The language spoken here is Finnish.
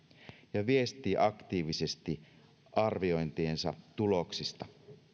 ja viestii aktiivisesti arviointiensa tuloksista